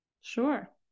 Sure